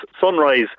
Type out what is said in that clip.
sunrise